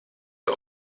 ihr